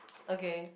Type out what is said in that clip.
okay